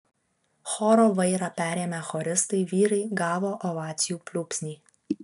choro vairą perėmę choristai vyrai gavo ovacijų pliūpsnį